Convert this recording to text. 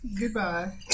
Goodbye